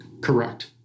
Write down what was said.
Correct